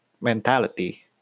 mentality